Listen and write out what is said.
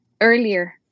earlier